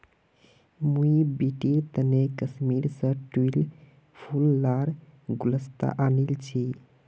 मुई बेटीर तने कश्मीर स ट्यूलि फूल लार गुलदस्ता आनील छि